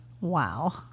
wow